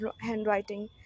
handwriting